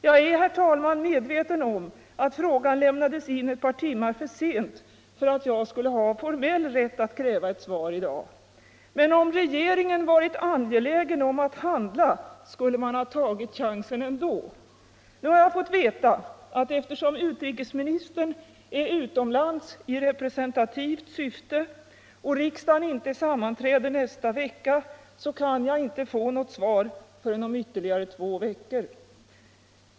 Jag är, herr talman, medveten om att frågan lämnades in ett par timmar för sent för att jag skulle ha formell rätt att kräva ett svar i dag. Men om regeringen varit angelägen att handla skulle man ha tagit chansen. Nu har jag fått veta att eftersom utrikesministern är utomlands i representativt syfte och riksdagen inte sammanträder nästa vecka, så kan jag inte få något svar förrän om ytterligare två veckor.